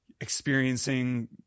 experiencing